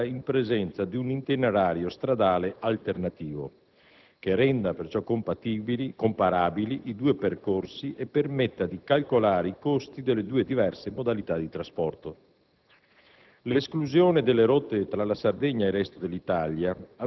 secondo la quale una tratta marittima può essere finanziata in presenza di un itinerario stradale alternativo, che renda perciò comparabili i due percorsi e permetta di calcolare i costi delle due diverse modalità di trasporto.